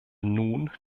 nun